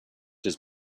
his